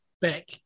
Back